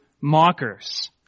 mockers